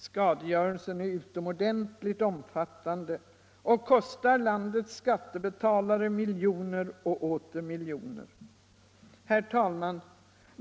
Skadegörelsen är utomordenligt omfattande och kostar landets skattebetalare miljoner och åter miljoner.